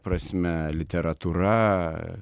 prasme literatūra